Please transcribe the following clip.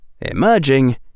Emerging